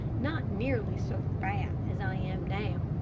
not nearly so fat as i am now,